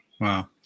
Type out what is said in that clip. Wow